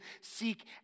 seek